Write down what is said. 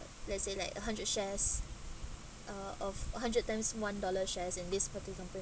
let's say like a one hundred shares uh of a hundred times one dollar shares in this particular company